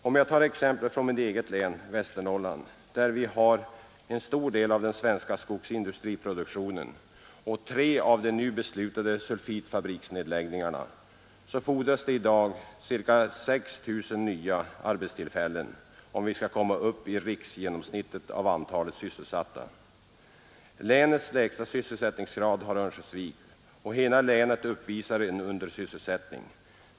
Om jag tar ett exempel från mitt eget län, Västernorrlands län, där vi har en stor del av den svenska skogsindustriproduktionen och tre av de nu beslutade sulfitfabriksnedläggningarna, så fordras det i dag ca 6 000 nya arbetstillfällen för att vi skall komma upp i riksgenomsnittet av antalet sysselsatta. Länets lägsta sysselsättningsgrad har Örnsköldsvik, och hela länet uppvisar en undersysselsättning.